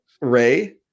Ray